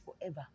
forever